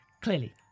Clearly